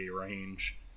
range